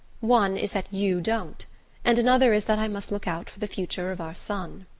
one is that you don't and another is that i must look out for the future of our son.